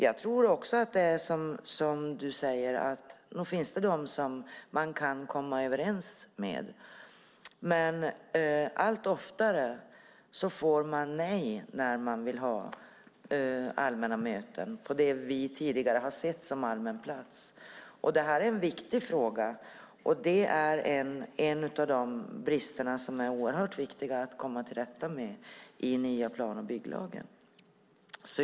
Jag tror också att det är som du säger och att det finns sådana man kan komma överens med, men allt oftare får man nej när man vill ha allmänna möten på det vi tidigare har sett som allmän plats. Detta är en viktig fråga, och detta är en av de brister som det är oerhört viktigt att komma till rätta med i den nya plan och bygglagen.